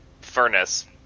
furnace